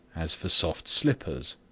as for soft slippers.